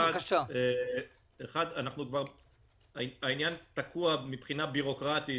אחד, העניין תקוע מבחינה בירוקרטית